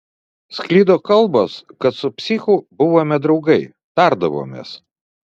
sklido kalbos kad su psichu buvome draugai tardavomės